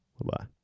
Bye-bye